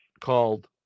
called